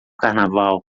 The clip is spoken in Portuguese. carnaval